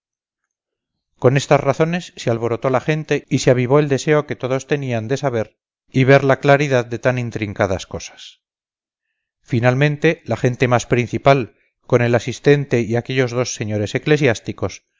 con estas razones se alborotó la gente y se avivó el deseo que todos tenían de saber y ver la claridad de tan intrincadas cosas finalmente la gente más principal con el asistente y aquellos dos señores eclesiásticos